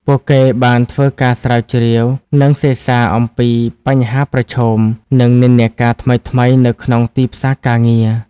ពួកគេបានធ្វើការស្រាវជ្រាវ និងសិក្សាអំពីបញ្ហាប្រឈម និងនិន្នាការថ្មីៗនៅក្នុងទីផ្សារការងារ។